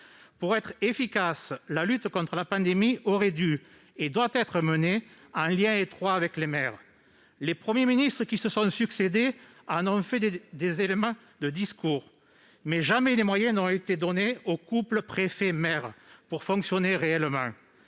Pour être efficace, la lutte contre la pandémie aurait dû et doit être menée en lien étroit avec les maires. Les Premiers ministres qui se sont succédé en ont fait des éléments de discours, mais le couple préfet-maire n'a jamais eu les moyens de fonctionner réellement.